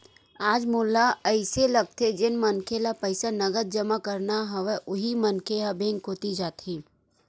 आज मोला अइसे लगथे जेन मनखे ल पईसा नगद जमा करना हवय उही मनखे ह बेंक कोती जाथे